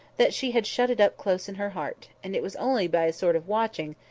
that she had shut it up close in her heart and it was only by a sort of watching,